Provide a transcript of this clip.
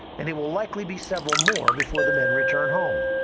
and it will likely be several more before the men return home.